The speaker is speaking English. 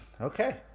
okay